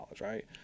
right